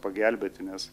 pagelbėti nes